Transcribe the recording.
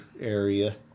area